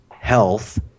health